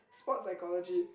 sport psychology